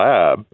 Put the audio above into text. Lab